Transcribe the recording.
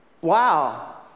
Wow